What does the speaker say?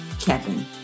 Kevin